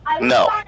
No